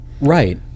right